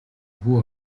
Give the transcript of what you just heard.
бүү